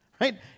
Right